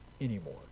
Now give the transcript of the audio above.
anymore